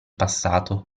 passato